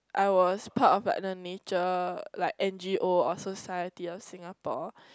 I was part of like the nature like n_g_o or society of Singapore